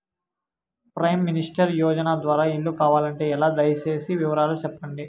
Prime minister యోజన ద్వారా ఇల్లు కావాలంటే ఎలా? దయ సేసి వివరాలు సెప్పండి?